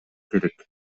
керек